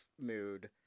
mood